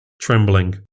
trembling